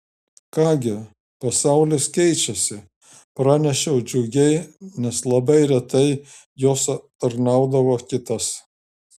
ką gi pasaulis keičiasi pranešiau džiugiai nes labai retai jos aptarnaudavo kitas